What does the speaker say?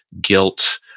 guilt